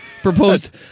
proposed